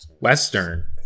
Western